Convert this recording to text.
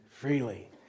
Freely